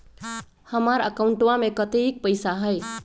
हमार अकाउंटवा में कतेइक पैसा हई?